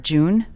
June